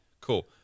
cool